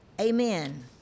amen